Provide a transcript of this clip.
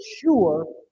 sure